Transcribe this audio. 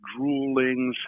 droolings